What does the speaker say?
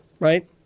right